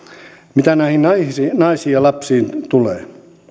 mitä näihin naisiin naisiin ja lapsiin tulee